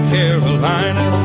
Carolina